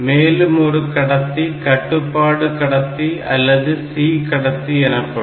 மேலும் ஒரு கடத்தி கட்டுப்பாடு கடத்தி அல்லது C கடத்தி எனப்படும்